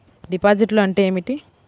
డిపాజిట్లు అంటే ఏమిటి?